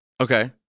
Okay